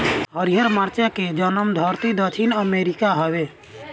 हरिहर मरचा के जनमधरती दक्षिण अमेरिका हवे